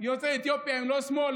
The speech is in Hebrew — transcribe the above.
יוצאי אתיופיה הם לא שמאל,